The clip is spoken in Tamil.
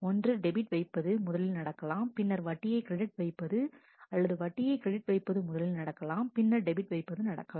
ஒன்று டெபிட் வைப்பது முதலில் நடக்கலாம் பின்னர் வட்டியை கிரெடிட் வைப்பது அல்லது வட்டியை கிரெடிட் வைப்பது முதலில் நடக்கலாம் பின்னர் டெபிட் வைப்பது நடக்கலாம்